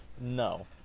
No